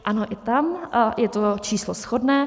Ano, i tam je to číslo shodné.